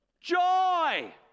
joy